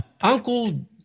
Uncle